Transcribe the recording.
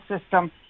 system